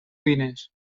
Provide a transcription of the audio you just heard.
diners